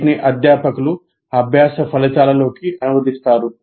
వీటిని అధ్యాపకులు అభ్యాస ఫలితాలలోకి అనువదిస్తారు